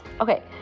Okay